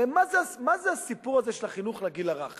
הרי מה זה הסיפור הזה של החינוך לגיל הרך?